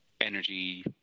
energy